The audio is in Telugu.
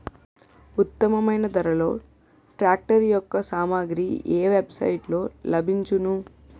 ఉత్తమమైన ధరలో ట్రాక్టర్ యెక్క సామాగ్రి ఏ వెబ్ సైట్ లో లభించును?